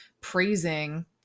praising